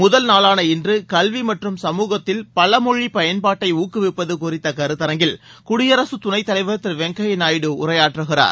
முதல் நாளான இன்று கல்வி மற்றும் சமூகத்தில் பலமொழி பயன்பாட்டை ஊக்குவிப்பது குறித்த கருத்தரங்கில் குடியரசு துணைத்தலைர் திரு வெங்கய்யா நாயுடு உரையாற்றுகிறார்